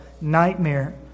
nightmare